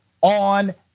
on